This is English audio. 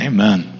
Amen